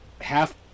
half